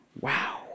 Wow